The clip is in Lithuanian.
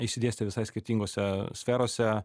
išsidėstę visai skirtingose sferose